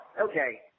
Okay